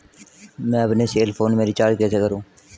मैं अपने cell phone में रिचार्ज कैसे करूँ?